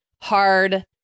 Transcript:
hard